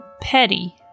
petty